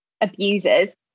abusers